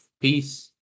peace